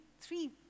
three